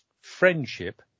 friendship